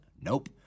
Nope